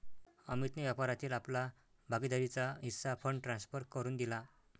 अमितने व्यापारातील आपला भागीदारीचा हिस्सा फंड ट्रांसफर करुन दिला